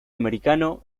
americano